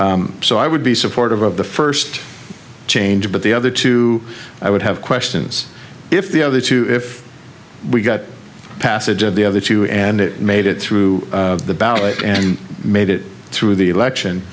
so i would be supportive of the first change but the other two i would have questions if the other two if we got passage of the other two and it made it through the ballot and made it through the election